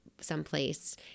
someplace